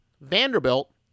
Vanderbilt